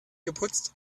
geputzt